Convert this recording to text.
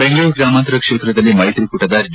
ಬೆಂಗಳೂರು ಗ್ರಾಮಾಂತರ ಕ್ಷೇತ್ರದಲ್ಲಿ ಮೈತ್ರಿಕೂಟದ ಡಿ